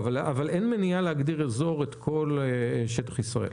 אבל אין מניעה להגדיר כאזור את כל שטח ישראל.